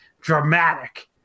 dramatic